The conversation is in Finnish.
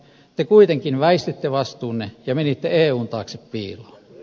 te kuitenkin väistitte vastuunne ja menitte eun taakse piiloon